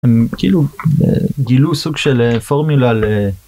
הם כאילו גילו סוג של פורמולה